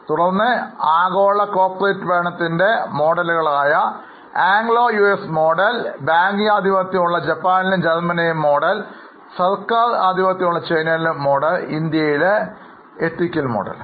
തുടർന്ന് ആഗോള കോർപ്പറേറ്റ് ഭരണത്തിൻറെ മോഡലുകളായ ആംഗ്ലോ യുഎസ് മോഡൽ ബാങ്കിംഗ് ആധിപത്യമുള്ള ജപ്പാനിലെയും ജർമനിയിലെയും മോഡൽ സർക്കാർ ആധിപത്യമുള്ള ചൈനയിലെ മോഡലും ഇന്ത്യയിലെ നൈതിക മോഡലും